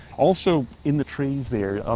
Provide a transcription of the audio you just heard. also, in the trees there, ah